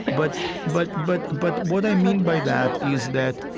but but but but what i mean by that is that,